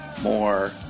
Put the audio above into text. more